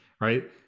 right